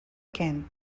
kent